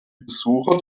besucher